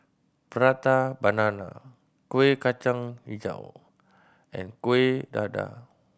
Prata Banana Kueh Kacang Hijau and Kuih Dadar